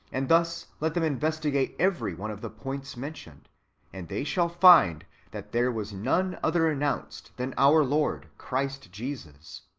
and thus, let them investigate every one of the points mentioned and they shall find that there was none other announced than our lord, christ jesus.